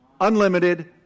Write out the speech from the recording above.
unlimited